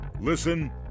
listen